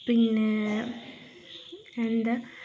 പിന്നെ എന്താണ്